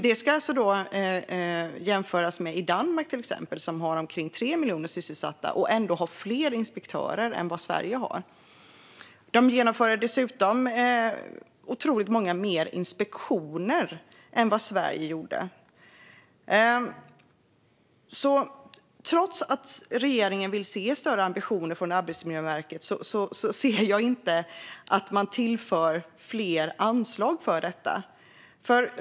Det kan jämföras med till exempel Danmark där man har omkring 3 miljoner sysselsatta men ändå har fler inspektörer än Sverige. I Danmark genomförs dessutom många fler inspektioner än i Sverige. Trots att regeringen vill se större ambitioner från Arbetsmiljöverket ser jag inte att man tillför mer anslag för det.